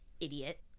idiot